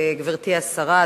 גברתי השרה,